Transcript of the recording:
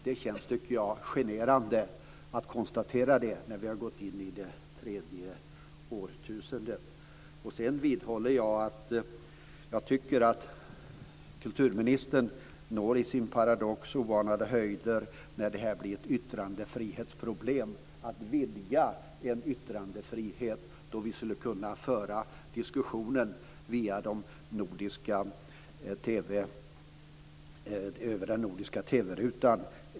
Det är generande att konstatera detta nu när vi har gått in i det tredje årtusendet. Jag vidhåller att kulturministern i sin paradox når oanade höjder när vidgandet av en yttrandefrihet blir ett yttrandefrihetsproblem, när diskussionen skulle kunna föras över den nordiska TV-rutan.